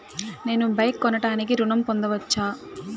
నేను బైక్ కొనటానికి ఋణం పొందవచ్చా?